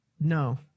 No